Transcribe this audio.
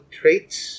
traits